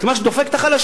את מה שדופק את החלשים,